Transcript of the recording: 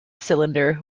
cylinder